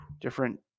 different